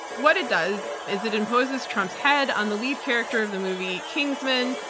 what it does is it imposes trump's head on the lead character of the movie kingsman,